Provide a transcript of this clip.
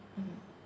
mm